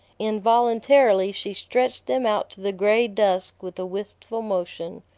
involuntarily she stretched them out to the gray dusk with a wistful motion.